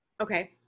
Okay